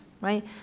right